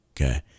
okay